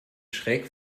schräg